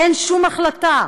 אין שום החלטה,